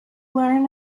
learn